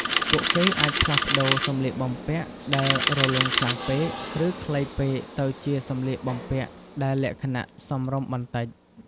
ពួកគេអាចផ្លាស់ប្តូរសម្លៀកបំពាក់ដែលរលុងខ្លាំងពេក ឬខ្លីពេកទៅជាសម្លៀកបំពាក់ដែលលក្ខណៈសមរម្យបន្តិច។